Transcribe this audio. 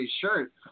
shirt